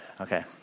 Okay